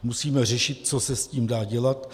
Musíme řešit, co se s tím dá dělat.